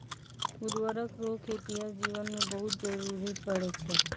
उर्वरक रो खेतीहर जीवन मे बहुत जरुरी पड़ै छै